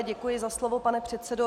Děkuji za slovo, pane předsedo.